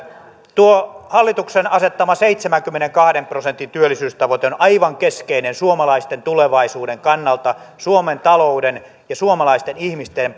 tuo hallituksen asettama seitsemänkymmenenkahden prosentin työllisyystavoite on aivan keskeinen suomalaisten tulevaisuuden kannalta suomen talouden ja suomalaisten ihmisten